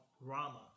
Rama